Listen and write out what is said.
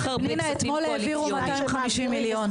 אתמול העבירו 250 מיליון.